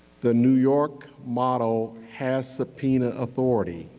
the new york model has subpoena authority